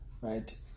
right